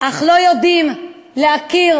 אך לא יודעים להכיר